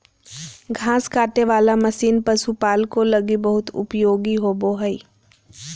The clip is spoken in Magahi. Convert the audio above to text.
घास काटे वाला मशीन पशुपालको लगी बहुत उपयोगी होबो हइ